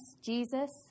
Jesus